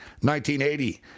1980